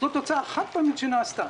זאת הוצאה חד-פעמית שנעשתה.